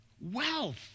wealth